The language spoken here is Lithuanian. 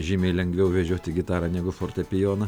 žymiai lengviau vežioti gitarą negu fortepijoną